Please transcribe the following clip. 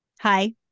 Hi